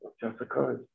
Jessica